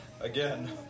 again